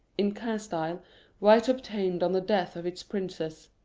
in castile white obtained on the death of its princes.